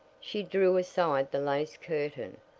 she drew aside the lace curtain.